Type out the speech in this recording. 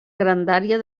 grandària